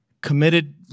committed